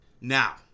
Now